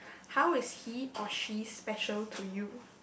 how is he or she special to you